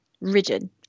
rigid